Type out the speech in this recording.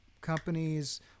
companies